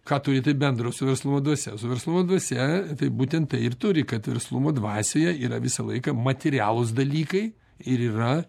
ką turi tai bendro su verslumo dvasiai su verslumo dvasia tai būtent tą ir turi kad verslumo dvasioje yra visą laiką materialūs dalykai ir yra